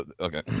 okay